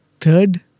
Third